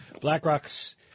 BlackRock's